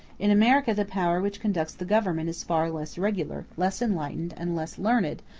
in america the power which conducts the government is far less regular, less enlightened, and less learned,